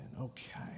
Okay